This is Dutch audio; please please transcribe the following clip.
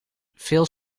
veel